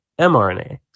mrna